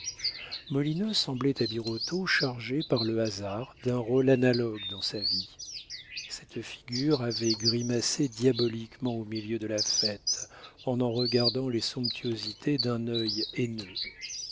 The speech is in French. molineux semblait à birotteau chargé par le hasard d'un rôle analogue dans sa vie cette figure avait grimacé diaboliquement au milieu de la fête en en regardant les somptuosités d'un œil haineux